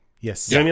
Yes